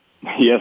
Yes